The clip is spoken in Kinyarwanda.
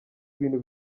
ibintu